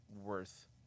worth